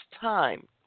time